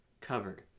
covered